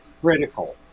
critical